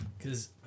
Cause